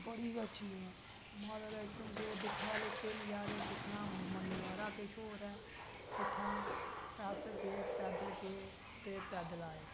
ते बड़ी अच्छी जगह ते माता वैष्णो गे दिक्खने आह्ले ते उत्थें दा नजारा दिक्खने दा नजारा किश होर ऐ इत्थां अस गे पैदल गे ते पैदल आए